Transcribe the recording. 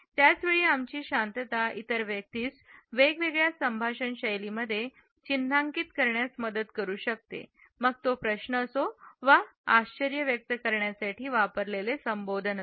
त्याच वेळी आमची शांतता इतर व्यक्तीस वेगवेगळ्या संभाषण शैलींमध्ये चिन्हांकित करण्यात मदत करू शकते मग तो प्रश्न असो वा आश्चर्य व्यक्त करण्यासाठी वापरलेले संबोधन असो